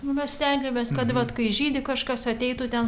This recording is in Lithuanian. mes stengiamės kad vat kai žydi kažkas ateitų ten